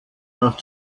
nach